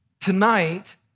tonight